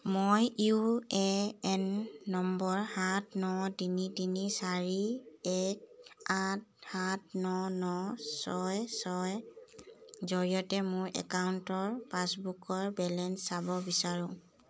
মই U A N নম্বৰ সাত ন তিনি তিনি চাৰি এক আঠ সাত ন ন ছয় ছয়ৰ জৰিয়তে মোৰ একাউণ্টৰ পাছবুকৰ বেলেঞ্চ চাব বিচাৰোঁ